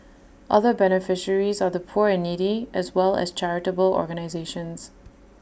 other beneficiaries are the poor and needy as well as charitable organisations